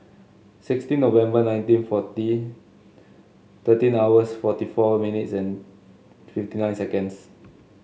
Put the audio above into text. sixteen November nineteen forty thirteen hours forty four minutes and fifty nine seconds